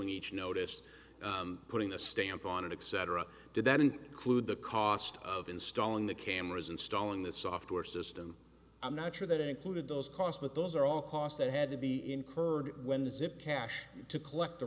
ing each notice putting a stamp on it except did that include the cost of installing the cameras installing this software system i'm not sure that included those costs but those are all costs that had to be incurred when the zip cash to collect the